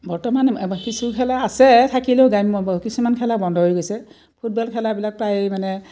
বৰ্তমান কিছু খেলা আছে থাকিলেও গ্ৰাম কিছুমান খেলা বন্ধ হৈ গৈছে ফুটবল খেলাবিলাক প্ৰায় মানে